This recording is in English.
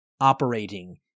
operating